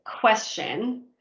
question